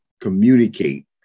communicate